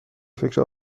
فکر